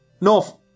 North